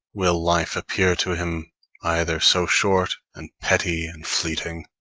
will life appear to him either so short, and petty, and fleeting,